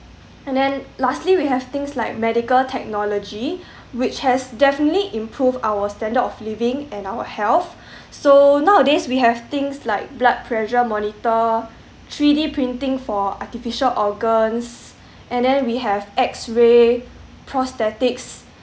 and then lastly we have things like medical technology which has definitely improved our standard of living and our health so nowadays we have things like blood pressure monitor three d printing for artificial organs and then we have x ray prosthetics